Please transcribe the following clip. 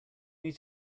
need